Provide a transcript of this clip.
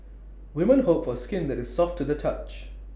women hope for skin that is soft to the touch